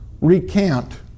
recant